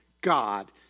God